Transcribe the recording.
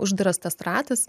uždaras tas ratas